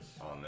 on